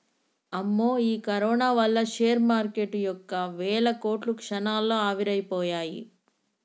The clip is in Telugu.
అమ్మో ఈ కరోనా వల్ల షేర్ మార్కెటు యొక్క వేల కోట్లు క్షణాల్లో ఆవిరైపోయాయి